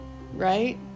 right